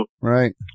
Right